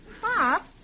Pop